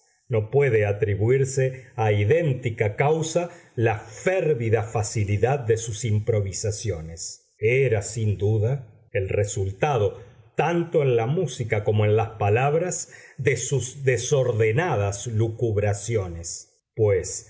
no puede atribuirse a idéntica causa la férvida facilidad de sus improvisaciones era sin duda el resultado tanto en la música como en las palabras de sus desordenadas lucubraciones pues